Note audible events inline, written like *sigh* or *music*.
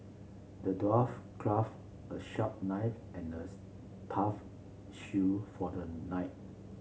the dwarf craft a sharp knight and a *unintelligible* tough shield for the knight